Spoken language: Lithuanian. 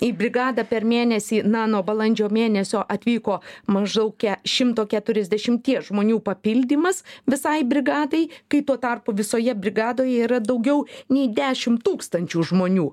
į brigadą per mėnesį na nuo balandžio mėnesio atvyko maždaug ke šimto keturiasdešimties žmonių papildymas visai brigadai kai tuo tarpu visoje brigadoje yra daugiau nei dešim tūkstančių žmonių